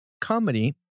Comedy